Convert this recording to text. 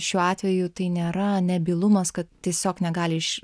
šiuo atveju tai nėra nebylumas tiesiog negali iš